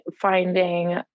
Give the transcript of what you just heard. finding